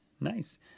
Nice